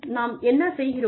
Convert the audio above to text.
நாம் என்ன செய்கிறோம்